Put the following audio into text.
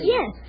Yes